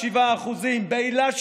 7%; באילת,